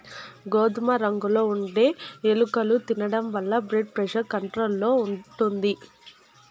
గోధుమ రంగులో ఉండే యాలుకలు తినడం వలన బ్లెడ్ ప్రెజర్ కంట్రోల్ లో ఉంటుంది